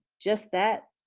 just that,